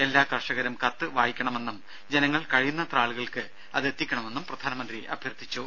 എല്ലാ കർഷകരും കത്ത് വായിക്കണമെന്നും ജനങ്ങൾ കഴിയുന്നത്ര ആളുകൾക്ക് അത് എത്തിക്കണമെന്നും പ്രധാനമന്ത്രി അഭ്യർഥിച്ചു